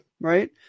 right